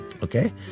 Okay